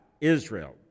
Israel